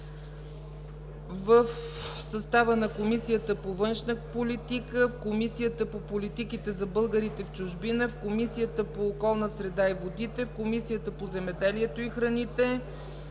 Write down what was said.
и спорта; Комисията по външна политика; Комисията по политиките за българите в чужбина; Комисията по околната среда и водите; Комисията по земеделието и храните;